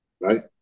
right